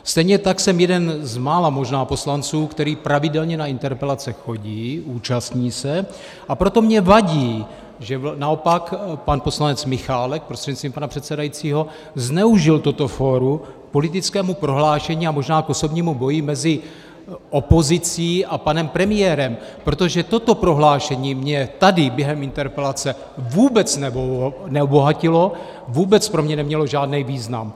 Stejně tak jsem možná jeden z mála poslanců, který pravidelně na interpelace chodí, účastní se, a proto mi vadí, že naopak pan poslanec Michálek prostřednictvím pana předsedajícího zneužil toto fórum k politickému prohlášení a možná k osobnímu boji mezi opozicí a panem premiérem, protože toto prohlášení mě tady během interpelace vůbec neobohatilo, vůbec pro mě nemělo žádný význam.